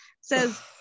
says